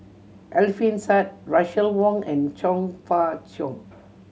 Alfian Sa'at Russel Wong and Chong Fah Cheong